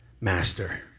master